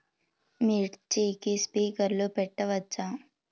మిర్చికి స్ప్రింక్లర్లు పెట్టవచ్చా?